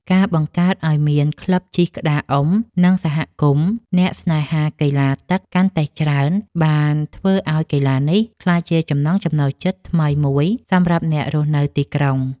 ការបង្កើតឱ្យមានក្លឹបជិះក្តារអុំ និងសហគមន៍អ្នកស្នេហាកីឡាទឹកកាន់តែច្រើន បានធ្វើឱ្យកីឡានេះក្លាយជាចំណង់ចំណូលចិត្តថ្មីមួយសម្រាប់អ្នករស់នៅទីក្រុង។